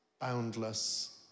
boundless